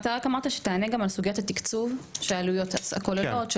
אתה גם אמרת שתענה על סוגיית התקצוב והעלויות הכוללות.